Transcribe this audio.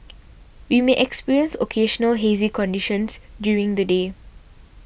we may experience occasional hazy conditions during the day